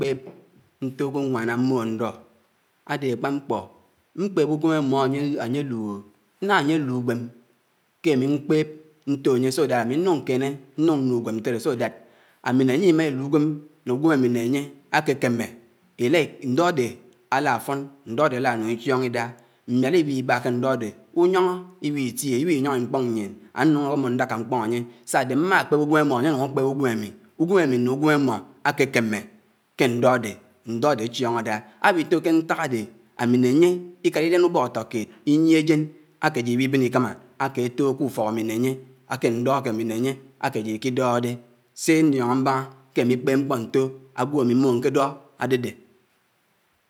Kpéb ñtó ágwòñwán ámóhó ñdó, ádé ákpá mkpó, mkpéb ùgwém ámó ányé ányé úìhò, ná ányé áhì ùgwém ké ámí mkpéb ñtó ányé so dát ámínùñ ñkéné ñnùñ ñnù ùgwém ñtéré so dát ámí ñné ányé ímá ílù ùgwém ñ’ùgwém ámí né ányé ákékémé ñdó ádé áláfón, ñdó ádé álánúñ íchíóñó idá mmiáró íwí íbá ké ñdó ádé, ùyóñó íw’ítíé, íwíyíñ ímkpóñ ímkpóñ ñyíéñ, áníñó mmó ñdáká mkpóñ ànyè sádé má kpéb ùgwém ámmó ányé ánùñ ákpéb ùgwèm ámí, ùgwém ámí ñné ùgwém ámmó ákékéméké ké ñdó àdé áchíóñó àdá. Áwító ké ñták ádé ámí ñné ányé íkárá íríán ùbók átókéd ínyíé ájén áké ájíd íwíbén íkámá ákétóhó k’ùfók ámí ñne ányé, áké ákémí ñné ányé ákésíd íkídóhó dé. Sé ñníóñó mbáñá kémí íkpéb mkpó ñtò àgwò ámí mmó ñké dó ádédé.